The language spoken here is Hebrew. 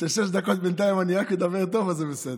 ששש דקות בינתיים אני רק מדבר טוב, אז זה בסדר.